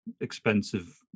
expensive